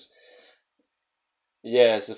yes